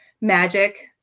magic